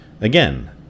Again